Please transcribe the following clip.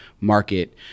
market